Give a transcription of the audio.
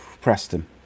Preston